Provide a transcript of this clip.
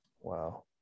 Wow